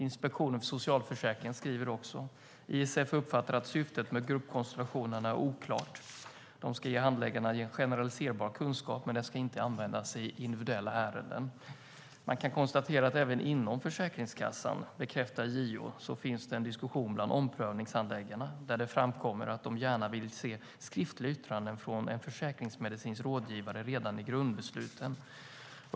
Inspektionen för socialförsäkringen skriver: IFS uppfattar att syftet med gruppkonsultationerna är oklart. De ska ge handläggarna en generaliserbar kunskap, men den ska inte användas i individuella ärenden. Man kan konstatera att även inom Försäkringskassan, bekräftar JO, finns det en diskussion bland omprövningshandläggarna där det framkommer att de gärna vill se skriftliga yttranden från en försäkringsmedicinsk rådgivare redan i grundbesluten.